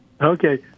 Okay